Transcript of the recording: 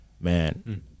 man